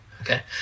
Okay